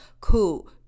cool